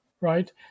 right